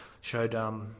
showed